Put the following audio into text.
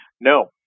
No